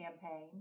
campaign